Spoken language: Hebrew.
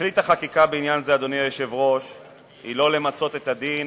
תכלית החקיקה בעניין זה היא לא למצות את הדין